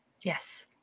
Yes